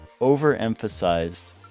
overemphasized